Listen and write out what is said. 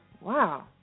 Wow